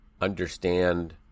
understand